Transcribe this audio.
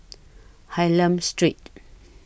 Hylam Street